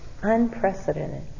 unprecedented